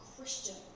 Christian